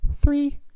three